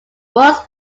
was